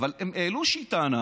אבל הם העלו איזושהי טענה,